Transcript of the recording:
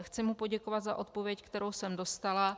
Chci mu poděkovat za odpověď, kterou jsem dostala.